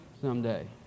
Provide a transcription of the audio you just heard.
someday